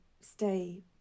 stay